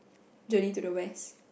journey-to-the-West